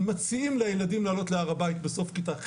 מציעים לילדים לעלות להר הבית בסוף כיתה ח',